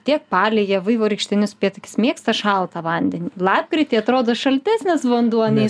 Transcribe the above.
tiek paliai jie vaivorykštinis upėtakis mėgsta šaltą vandenį lapkritį atrodo šaltesnis vanduo nei